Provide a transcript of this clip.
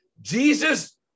Jesus